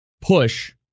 push